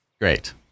Great